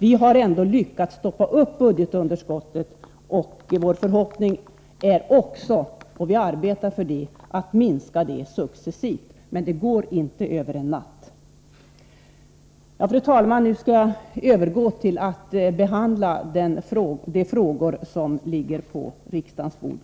Vi har ändå lyckats stoppa upp budgetunderskottet, och vår förhoppning är att man skall kunna — vilket vi också arbetar för — minska det successivt. Men det går inte att göra över en natt. Fru talman! Nu skall jag övergå till att behandla de frågor som nu ligger på riksdagens bord.